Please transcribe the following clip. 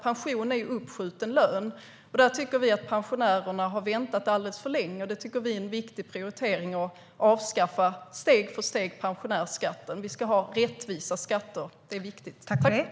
Pensionen är ju uppskjuten lön. Vi tycker att pensionärerna har väntat alldeles för länge, och vi tycker att det är en viktig prioritering att steg för steg avskaffa pensionärsskatten. Det är viktigt att vi har rättvisa skatter.